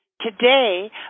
Today